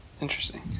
Interesting